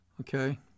Okay